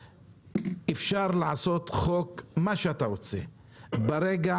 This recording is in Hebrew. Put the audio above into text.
היושב-ראש: אפשר לעשות איזה חוק שאתה רוצה אבל ברגע